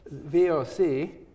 VOC